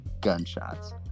gunshots